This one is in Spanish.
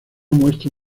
muestra